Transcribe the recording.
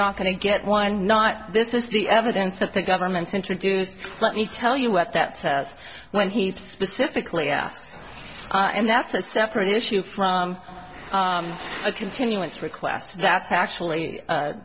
not going to get one not this is the evidence that the government's introduced let me tell you what that says when he specifically asked and that's a separate issue from a continuance request that's actually